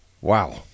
Wow